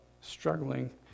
struggling